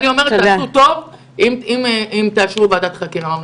תעשו טוב אם תאשרו ועדת חקירה.